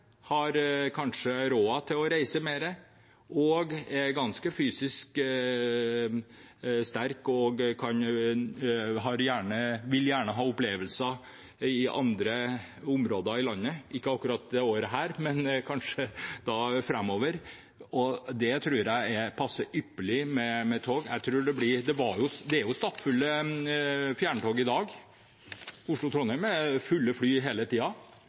har råd til å reise mer, er ganske fysisk sterke og gjerne vil ha opplevelser i andre områder i landet – ikke akkurat dette året, men kanskje framover. Det tror jeg passer ypperlig med tog. Det er jo stappfulle fjerntog i dag. Oslo–Trondheim har fulle tog hele